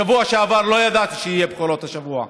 בשבוע שעבר לא ידעתי שיהיו בחירות השבוע.